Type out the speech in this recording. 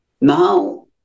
now